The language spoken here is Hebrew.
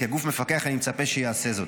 כגוף מפקח אני מצפה שיעשה זאת.